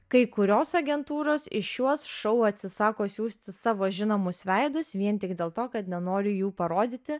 kai kurios agentūros į šiuos šou atsisako siųsti savo žinomus veidus vien tik dėl to kad nenori jų parodyti